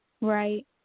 Right